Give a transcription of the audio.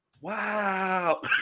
Wow